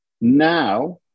now